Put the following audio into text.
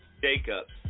Jacobs